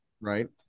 Right